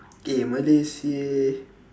eh malay seh